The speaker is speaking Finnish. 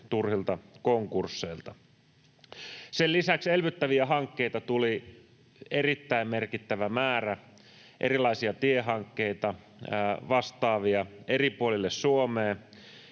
turhilta konkursseilta. Sen lisäksi elvyttäviä hankkeita tuli erittäin merkittävä määrä, erilaisia tiehankkeita, vastaavia eri puolille Suomea,